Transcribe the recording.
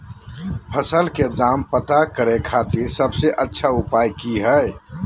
फसल के दाम पता करे खातिर सबसे अच्छा उपाय की हय?